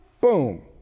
Boom